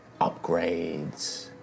upgrades